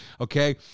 Okay